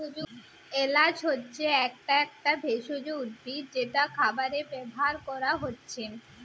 এলাচ হচ্ছে একটা একটা ভেষজ উদ্ভিদ যেটা খাবারে ব্যাভার কোরা হচ্ছে